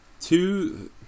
Two